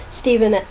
Stephen